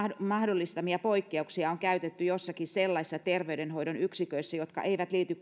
mahdollistamia poikkeuksia on käytetty joissakin sellaisissa terveydenhoidon yksiköissä jotka eivät liity